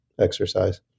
exercise